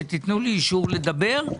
שתיתנו לי אישור לדבר,